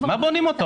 מה בונים אותה?